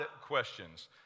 questions